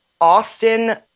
Austin